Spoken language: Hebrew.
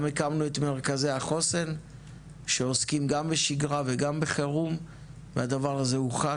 גם הקמנו את מרכזי החוסן שעוסקים גם בשגרה וגם בחירום והדבר הזה הוכח,